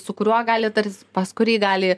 su kuriuo gali tarsi pas kurį gali